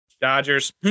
Dodgers